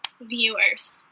Viewers